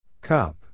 Cup